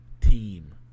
team